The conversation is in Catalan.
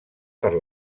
per